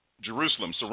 Jerusalem